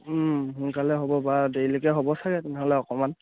সোনকালে হ'ব বা দেৰিলৈকে হ'ব চাগে তেনেহ'লে অকণমান